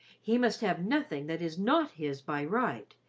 he must have nothing that is not his by right,